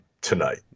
tonight